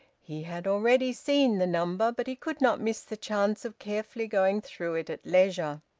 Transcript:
he had already seen the number, but he could not miss the chance of carefully going through it at leisure.